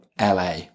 LA